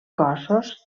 cossos